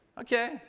okay